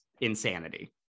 insanity